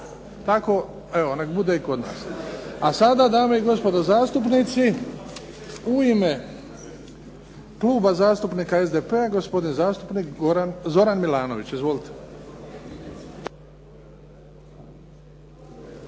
Tako neka bude i kod nas. A sada dame i gospodo zastupnici u ime Kluba zastupnika SDP-a gospodin zastupnik Zoran Milanović. Izvolite.